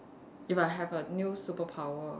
if I have a new superpower